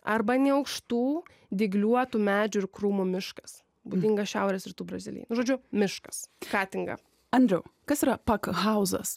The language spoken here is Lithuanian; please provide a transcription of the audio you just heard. arba neaukštų dygliuotų medžių ir krūmų miškas būdingas šiaurės rytų brazilijai nu žodžiu miškas katinga andriau kas yra pakhauzas